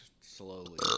slowly